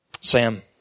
Sam